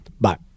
Bye